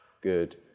Good